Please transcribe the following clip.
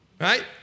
right